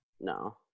No